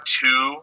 two